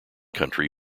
country